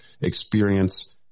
experience